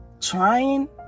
trying